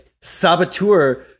Saboteur